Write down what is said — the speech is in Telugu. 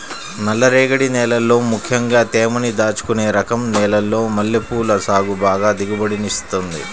నల్లరేగడి నేలల్లో ముక్కెంగా తేమని దాచుకునే రకం నేలల్లో మల్లెపూల సాగు బాగా దిగుబడినిత్తది